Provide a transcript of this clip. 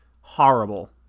horrible